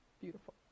beautiful